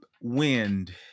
Wind